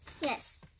Yes